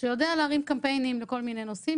שיודע להרים קמפיינים לכל מיני נושאים,